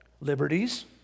Liberties